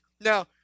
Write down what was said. Now